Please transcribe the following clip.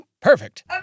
Perfect